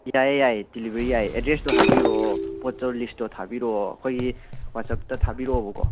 ꯌꯥꯏꯌꯦ ꯌꯥꯏꯌꯦ ꯗꯤꯂꯤꯕꯔꯤ ꯌꯥꯏꯌꯦ ꯑꯦꯗ꯭ꯔꯦꯁꯇꯣ ꯍꯥꯏꯕꯤꯔꯛꯑꯣ ꯄꯣꯠꯇꯣ ꯂꯤꯁꯇꯣ ꯊꯥꯕꯤꯔꯛꯑꯣ ꯑꯩꯈꯣꯏꯒꯤ ꯋꯥꯆꯞꯇ ꯊꯥꯕꯤꯔꯛꯑꯣꯕꯀꯣ